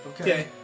Okay